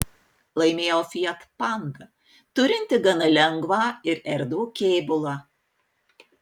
laimėjo fiat panda turinti gana lengvą ir erdvų kėbulą